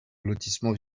lotissement